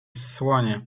słonie